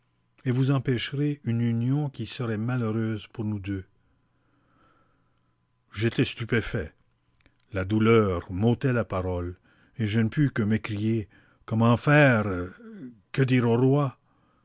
et vous empêcherez une union qui serait malheureuse pour nous deux j'étais stupéfait la douleur m'ôtait la parole et je ne pus que m'écrier comment faire eh que dire au roi